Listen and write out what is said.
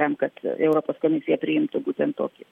tam kad europos komisija priimtų būtent tokį